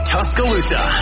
Tuscaloosa